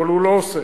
אבל הוא לא עושה,